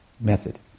method